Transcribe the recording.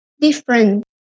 different